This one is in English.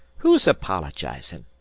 who's apologizing?